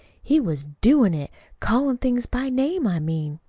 he was doin' it callin' things by name, i mean.